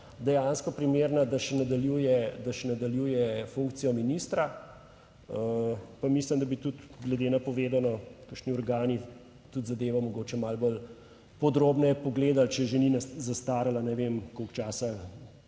še nadaljuje, da še nadaljuje funkcijo ministra. Pa mislim, da bi tudi glede na povedano, kakšni organi tudi zadevo mogoče malo bolj podrobneje pogledali, če že ni zastarala, ne vem koliko časa,